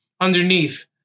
underneath